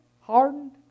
hardened